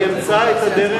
הוא ימצא את הדרך,